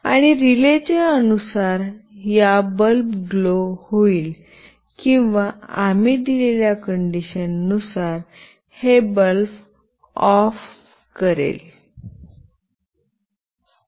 आणि रिलेच्या अनुसार या बल्ब ग्लो होईल किंवा आम्ही दिलेल्या कंडिशन नुसार हे बल्ब ऑफ करेल